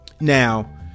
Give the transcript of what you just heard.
now